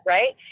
Right